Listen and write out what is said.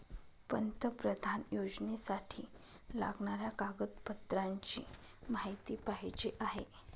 पंतप्रधान योजनेसाठी लागणाऱ्या कागदपत्रांची माहिती पाहिजे आहे